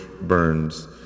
Burns